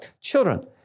children